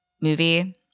Movie